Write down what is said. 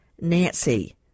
nancy